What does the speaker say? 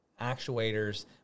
actuators